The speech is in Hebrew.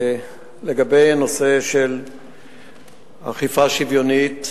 לגבי הנושא של אכיפה שוויונית